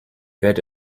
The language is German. werde